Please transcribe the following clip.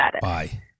Bye